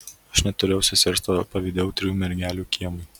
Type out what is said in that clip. aš neturėjau sesers todėl pavydėjau trijų mergelių kiemui